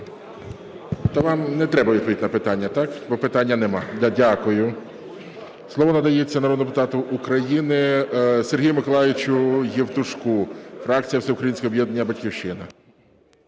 вам не треба відповідь на питання, так, бо питання немає? Дякую. Слово надається народному депутату України Сергію Миколайовичу Євтушку, фракція "Всеукраїнське об'єднання "Батьківщина".